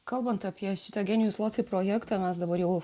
kalbant apie šitą genius loci projektą mes dabar jau